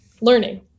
learning